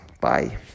Bye